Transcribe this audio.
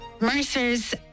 Mercer's